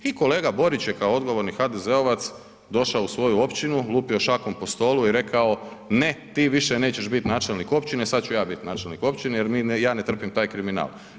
I kolega Borić je kao odgovorni HDZ-ovac došao u svoju općinu, lupio šakom po stolu i rekao, ne ti više nećeš bit načelnik općine, sad ću ja bit načelnik općine jer ja ne trpim taj kriminal.